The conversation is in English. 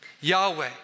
Yahweh